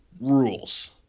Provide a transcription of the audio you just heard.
rules